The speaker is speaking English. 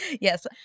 Yes